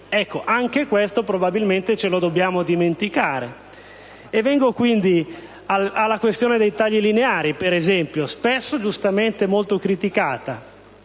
Anche questo, probabilmente, ce lo dobbiamo dimenticare. Vengo quindi alla questione dei tagli lineari, spesso - giustamente - molto criticata.